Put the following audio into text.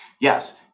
Yes